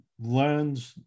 learned